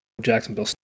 Jacksonville